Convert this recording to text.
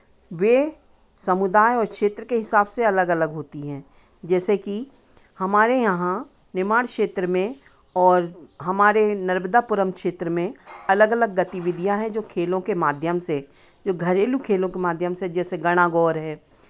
वे समुदाय और क्षेत्र के हिसाब से अलग अलग होती हैं जैसे कि हमारे यहाँ निर्माण क्षेत्र में और हमारे नर्मदापुरम क्षेत्र में अलग अलग गतिविधियाँ है जो खेलों के माध्यम से जो घरेलू खेलों के माध्यम से जैसे गणा गौर है